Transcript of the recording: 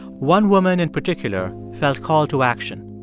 one woman in particular felt called to action.